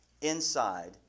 inside